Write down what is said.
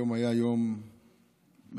היום היה יום מעניין,